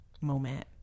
moment